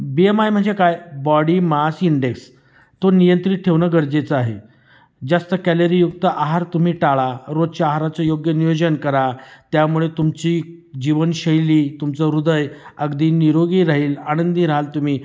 B M I म्हणजे काय body mass index तो नियंत्रित ठेवणं गरजेचं आहे जास्त कॅलरीयुक्त आहार तुम्ही टाळा रोजच्या आहाराचं योग्य नियोजन करा त्यामुळे तुमची जीवनशैली तुमचं हृदय अगदी निरोगी राहील आनंदी राहाल तुम्ही